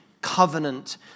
covenant